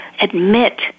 admit